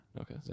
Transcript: Okay